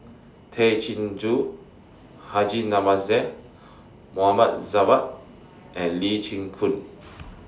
Tay Chin Joo Haji Namazie Mohd Javad and Lee Chin Koon